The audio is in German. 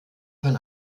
von